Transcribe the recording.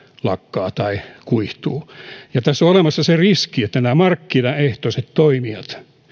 lakkaavat tai kuihtuvat tässä on olemassa se riski että nämä markkinaehtoiset toimijat